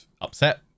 upset